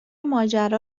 ماجرا